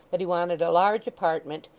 that he wanted a large apartment.